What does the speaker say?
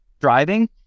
driving